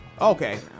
okay